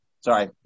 sorry